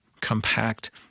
compact